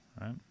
Right